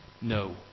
no